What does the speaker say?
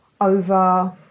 over